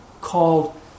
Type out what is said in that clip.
called